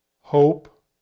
hope